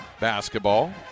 basketball